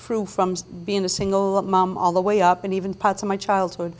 through from being a single mom all the way up and even parts of my childhood